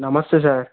నమస్తే సార్